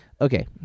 Okay